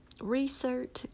research